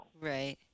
right